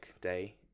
day